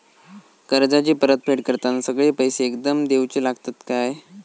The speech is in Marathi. कर्जाची परत फेड करताना सगळे पैसे एकदम देवचे लागतत काय?